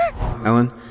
Ellen